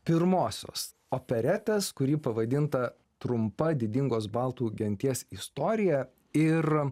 pirmosios operetės kuri pavadinta trumpa didingos baltų genties istorija ir